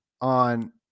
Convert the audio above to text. on